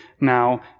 now